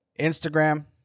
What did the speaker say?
Instagram